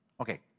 Okay